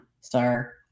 sir